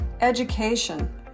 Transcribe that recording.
education